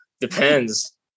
depends